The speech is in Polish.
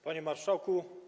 Panie Marszałku!